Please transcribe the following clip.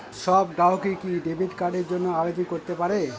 সব গ্রাহকই কি ডেবিট কার্ডের জন্য আবেদন করতে পারে?